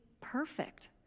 perfect